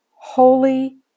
holy